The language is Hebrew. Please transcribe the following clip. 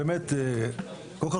קודם כל,